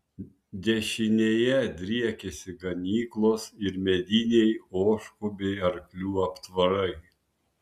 dešinėje driekėsi ganyklos ir mediniai ožkų bei arklių aptvarai